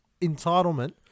entitlement